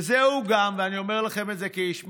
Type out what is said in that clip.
וגם זה, אני אומר לכם את זה כאיש מקצוע,